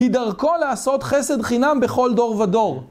היא דרכו לעשות חסד חינם בכל דור ודור.